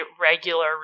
regular